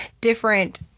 different